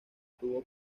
tuvo